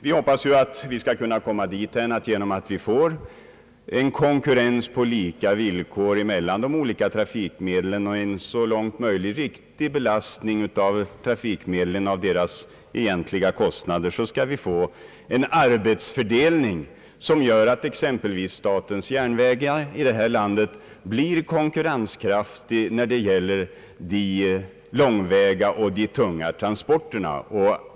Vi hoppas att vi skall kunna komma dithän att vi genom en konkurrens på lika villkor mellan de olika trafikmedlen och en så långt som möjligt riktig belastning i ekonomiskt avseende av trafikmedlen skall få en arbetsfördelning som gör att exempelvis statens järnvägar i alla avseenden blir ett konkurrenskraftigt företag när det gäller de långväga och tunga transporterna.